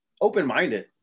open-minded